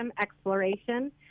exploration